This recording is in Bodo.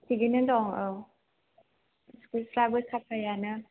थिगैनो दं औ स्कुलफ्राबो साफायानो